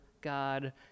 God